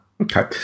okay